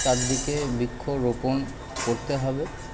চার দিকে বৃক্ষরোপণ করতে হবে